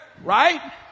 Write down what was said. Right